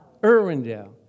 Irwindale